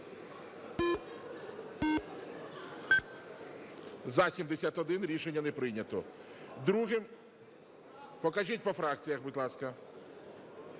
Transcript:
За-71 Рішення не прийнято. Другим… Покажіть по фракціях, будь ласка.